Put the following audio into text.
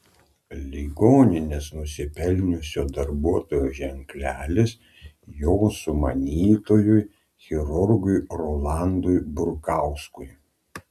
ligoninės nusipelniusio darbuotojo ženklelis jo sumanytojui chirurgui rolandui burkauskui